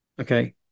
Okay